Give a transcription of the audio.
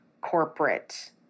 corporate